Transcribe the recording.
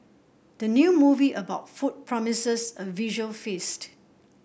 the new movie about food promises a visual feast